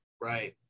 Right